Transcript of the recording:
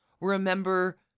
Remember